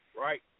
right